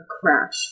crash